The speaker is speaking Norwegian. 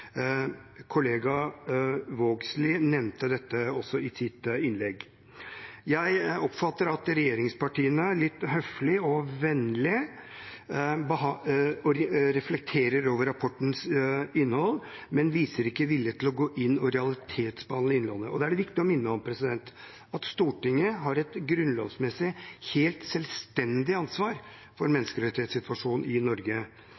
Kollega Vågslid nevnte også dette i sitt innlegg. Jeg oppfatter at regjeringspartiene litt høflig og vennlig reflekterer over rapportens innhold, men ikke viser vilje til å gå inn og realitetsbehandle innholdet. Da er det viktig å minne om at Stortinget har et grunnlovsmessig, helt selvstendig ansvar for menneskerettighetssituasjonen i Norge.